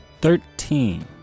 Thirteen